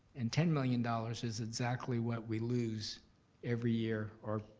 and ten million dollars is exactly what we lose every year or,